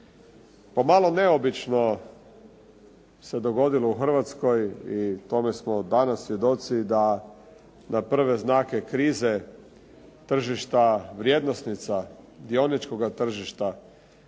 Pomalo neobično se dogodilo u Hrvatskoj i tome smo danas svjedoci da prve znake krize tržišta vrijednosnica, dioničkoga tržišta